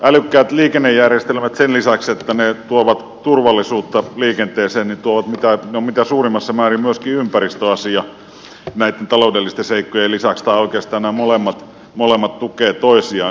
älykkäät liikennejärjestelmät sen lisäksi että ne tuovat turvallisuutta liikenteeseen tuovat mitä suurimmassa määrin myöskin ympäristöasiaa näitten taloudellisten seikkojen lisäksi tai oikeastaan nämä molemmat tukevat toisiaan